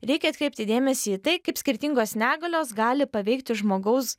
reikia atkreipti dėmesį į tai kaip skirtingos negalios gali paveikti žmogaus